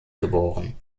geboren